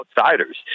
outsiders